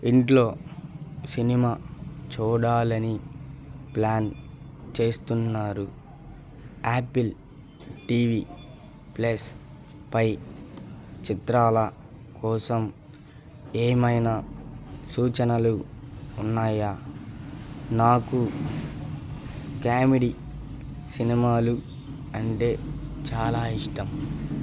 ఇంట్లో సినిమా చూడాలని ప్లాన్ చేస్తున్నారు యాపిల్ టీవీ ప్లస్ పై చిత్రాల కోసం ఏమైనా సూచనలు ఉన్నాయా నాకు క్యామిడీ సినిమాలు అంటే చాలా ఇష్టం